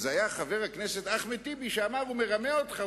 זה היה חבר הכנסת אחמד טיבי שאמר: הוא מרמה אותך,